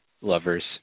lovers